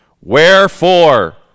Wherefore